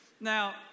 Now